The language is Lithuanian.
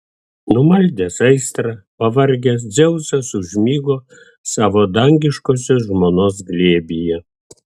numaldęs aistrą pavargęs dzeusas užmigo savo dangiškosios žmonos glėbyje